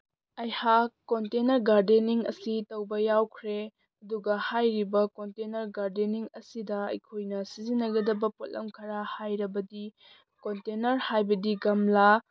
ꯑꯩꯍꯥꯛ container gardening ꯑꯁꯤ ꯇꯧꯕ ꯌꯥꯎꯈ꯭ꯔꯦ ꯑꯗꯨꯒ ꯍꯥꯏꯔꯤꯕ ꯀꯣꯟꯇꯦꯅꯔ ꯒꯥꯔꯗꯦꯟꯅꯤꯡ ꯑꯁꯤꯗ ꯑꯩꯈꯣꯏꯅ ꯁꯤꯖꯤꯟꯅꯒꯗꯕ ꯄꯣꯠꯂꯝ ꯈꯔ ꯍꯥꯏꯔꯕꯗꯤ ꯀꯣꯟꯇꯦꯅꯔ ꯍꯥꯏꯕꯗꯤ ꯒꯝꯂꯥ